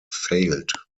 failed